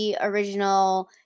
original